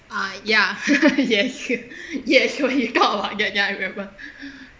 ah ya yes yes when you talk about that ya I remember